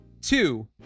two